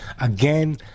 again